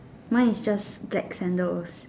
mine is just black sandals